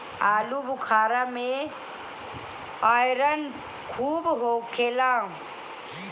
आलूबुखारा में आयरन खूब होखेला